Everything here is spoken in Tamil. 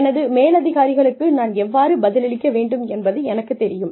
எனது மேலதிகாரிகளுக்கு நான் எவ்வாறு பதிலளிக்க வேண்டும் என்பது எனக்குத் தெரியும்